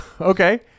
Okay